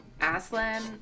Aslan